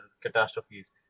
catastrophes